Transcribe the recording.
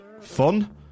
fun